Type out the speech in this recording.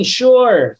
sure